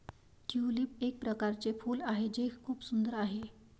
tulip एक प्रकारचे फूल आहे जे खूप सुंदर आहे